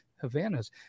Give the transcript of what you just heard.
Havana's